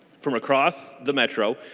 from across the metro.